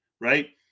right